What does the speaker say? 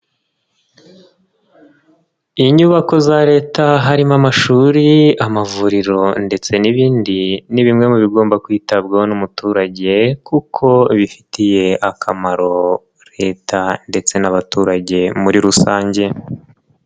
Inyubako za Leta harimo amashuri, amavuriro ndetse n'ibindi, ni bimwe mu bigomba kwitabwaho n'umuturage kuko bifitiye akamaro Leta ndetse n'abaturage muri rusange.